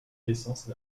naissance